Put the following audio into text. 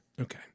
Okay